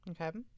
Okay